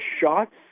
shots